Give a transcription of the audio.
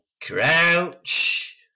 Crouch